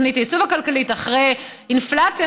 תוכנית הייצוב הכלכלית אחרי אינפלציה